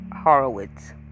Horowitz